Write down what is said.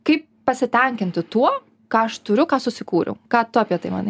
kaip pasitenkinti tuo ką aš turiu ką susikūriau ką tu apie tai manai